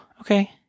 okay